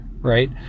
right